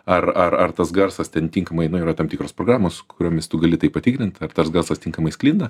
ar ar ar tas garsas ten tinkamai nu yra tam tikros programos kuriomis tu gali tai patikrint ar tas garsas tinkamai sklinda